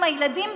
עם הילדים,